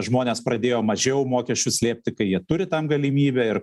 žmonės pradėjo mažiau mokesčių slėpti kai jie turi tam galimybę ir